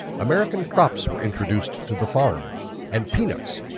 american crops were introduced to the farms and peanuts,